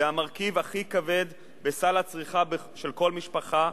זה המרכיב הכי כבד בסל הצריכה של כל משפחה.